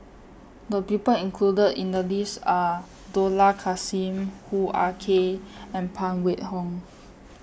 The People included in The list Are Dollah Kassim Hoo Ah Kay and Phan Wait Hong